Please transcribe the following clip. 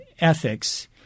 ethics